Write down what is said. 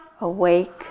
awake